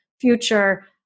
future